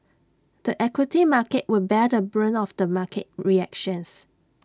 the equity market will bear the brunt of the market reactions